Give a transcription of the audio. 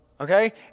Okay